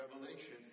Revelation